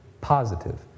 positive